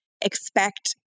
expect